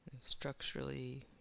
structurally